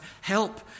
help